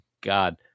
God